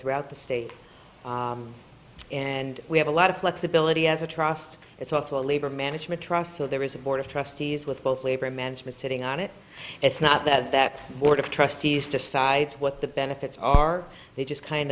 throughout the state and we have a lot of flexibility as a trust it's also a labor management trust so there is a board of trustees with both labor and management sitting on it it's not that that board of trustees decides what the benefits are they just kind